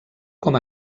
com